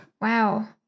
wow